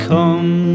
Come